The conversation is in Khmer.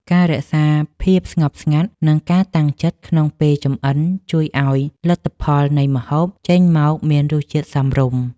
ការរក្សាភាពស្ងប់ស្ងាត់និងការតាំងចិត្តក្នុងពេលចម្អិនជួយឱ្យលទ្ធផលនៃម្ហូបចេញមកមានរសជាតិសមរម្យ។